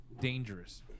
dangerous